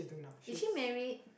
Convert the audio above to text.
is she married